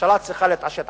הממשלה צריכה להתעשת.